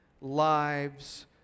lives